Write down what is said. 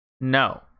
No